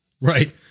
Right